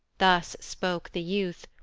thus spoke the youth,